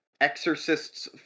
Exorcists